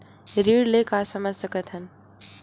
ऋण ले का समझ सकत हन?